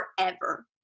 forever